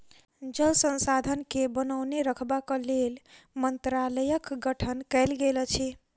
जल संसाधन के बनौने रखबाक लेल मंत्रालयक गठन कयल गेल अछि